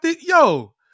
Yo